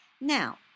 now